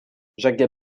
jacques